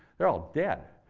they're all dead.